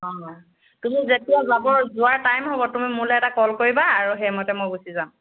অঁ তুমি যেতিয়া যাব যোৱাৰ টাইম হ'ব তুমি মোলৈ এটা কল কৰিবা আৰু সেইমতে মই গুচি যাম